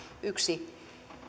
yksi